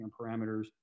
parameters